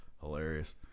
Hilarious